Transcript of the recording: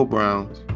Browns